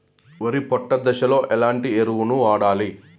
వరి పొట్ట దశలో ఎలాంటి ఎరువును వాడాలి?